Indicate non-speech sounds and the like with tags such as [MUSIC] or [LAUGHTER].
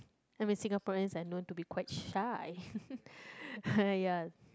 I mean Singaporeans are known to be quite shy [LAUGHS] ya